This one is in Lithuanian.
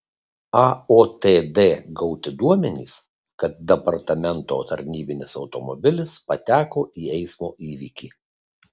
aotd gauti duomenys kad departamento tarnybinis automobilis pateko į eismo įvykį